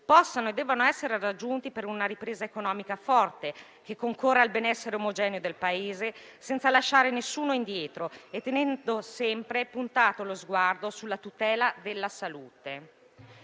possano e debbano essere raggiunti per una ripresa economica forte, che concorra al benessere omogeneo del Paese senza lasciare nessuno indietro e tenendo sempre puntato lo sguardo sulla tutela della salute.